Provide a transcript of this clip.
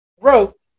wrote